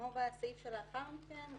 כמו בסעיף שלאחר מכן,